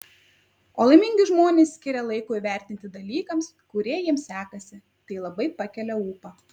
o laimingi žmonės skiria laiko įvertinti dalykams kurie jiems sekasi tai labai pakelia ūpą